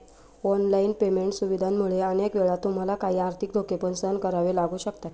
online payment सुविधांमुळे अनेक वेळा तुम्हाला काही आर्थिक धोके पण सहन करावे लागू शकतात